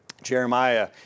Jeremiah